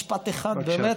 סליחה, עוד משפט אחד, באמת.